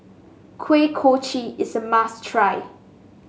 Kuih Kochi is a must try